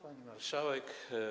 Pani Marszałek!